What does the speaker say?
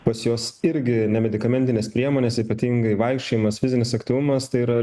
pas juos irgi nemedikamentinės priemonės ypatingai vaikščiojimas fizinis aktyvumas tai yra